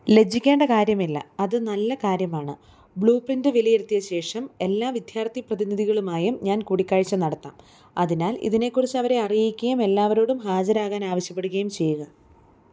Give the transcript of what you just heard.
ലജ്ജിക്കേണ്ട കാര്യമില്ല അത് നല്ല കാര്യമാണ് ബ്ലൂ പ്രിൻ്റ് വിലയിരുത്തിയ ശേഷം എല്ലാ വിദ്യാർത്ഥി പ്രതിനിധികളുമായും ഞാൻ കൂടിക്കാഴ്ച നടത്താം അതിനാൽ ഇതിനെക്കുറിച്ച് അവരെ അറിയിക്കുകയും എല്ലാവരോടും ഹാജരാകാൻ ആവശ്യപ്പെടുകയും ചെയ്യുക